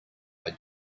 are